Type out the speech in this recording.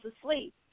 asleep